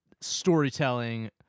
storytelling